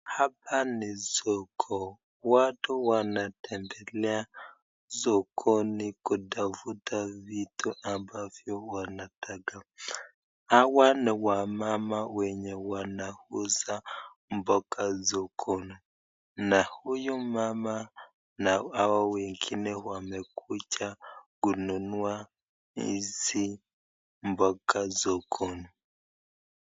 Hapa ni soko. Watu wengi waatwmbea sokoni kutafuta vitu ambavyo wanataka. Hawa ni wamama wenye wanauza mboga sokoni na huyu mama na hawa wengine wamekuja kununua mboga sokoni.